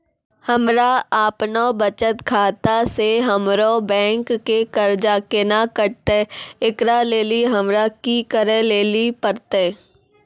हमरा आपनौ बचत खाता से हमरौ बैंक के कर्जा केना कटतै ऐकरा लेली हमरा कि करै लेली परतै?